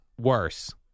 Worse